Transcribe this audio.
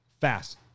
fast